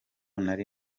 nari